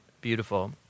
beautiful